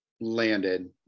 landed